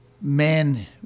men